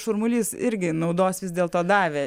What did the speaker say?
šurmulys irgi naudos vis dėlto davė